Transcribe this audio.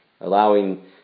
allowing